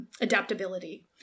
adaptability